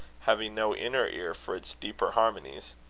having no inner ear for its deeper harmonies.